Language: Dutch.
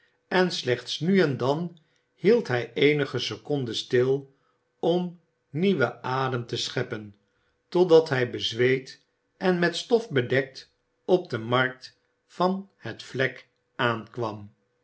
en slechts nu en dan hield hij eenige seconden stil om nieuwen adem te scheppen to dat hij bezweet en met stof bedekt op de markt van het vlek aankwam